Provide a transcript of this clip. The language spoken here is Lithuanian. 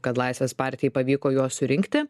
kad laisvės partijai pavyko juos surinkti